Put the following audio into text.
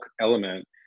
element